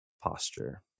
posture